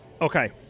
Okay